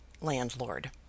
landlord